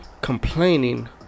complaining